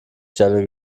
stelle